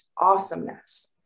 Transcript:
awesomeness